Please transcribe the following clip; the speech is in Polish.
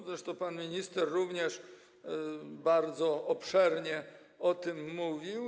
Zresztą pan minister również bardzo obszernie o tym mówił.